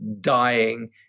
dying